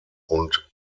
und